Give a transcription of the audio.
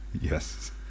Yes